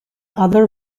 other